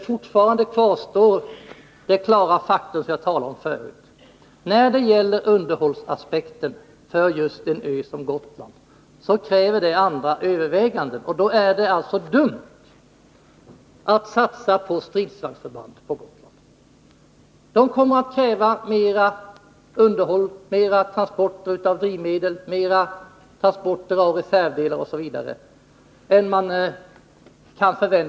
Fortfarande kvarstår alltså det klara faktum jag pekade på förut: När det gäller underhållsaspekten krävs för en ö som Gotland andra överväganden, och då är det dumt att satsa på ett stridsvagnsförband. Det kommer att kräva mera underhåll, flera transporter av drivmedel, flera transporter av reservdelar osv. än andra typer av försvar.